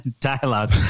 dialogue